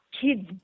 kids